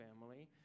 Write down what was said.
family